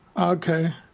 Okay